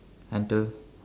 into